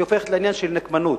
היא הופכת לעניין של נקמנות.